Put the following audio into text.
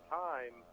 time